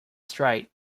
straight